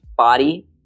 Body